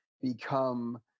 become